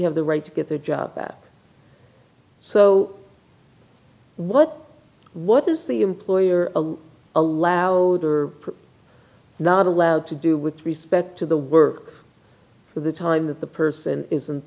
have the right to get the job that so what what is the employer allowed or not allowed to do with respect to the work for the time that the person isn't